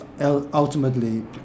ultimately